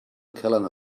calendar